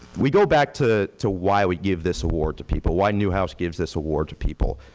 we go back to to why we give this award to people, why newhouse gives this award to people.